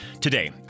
Today